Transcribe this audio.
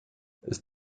ist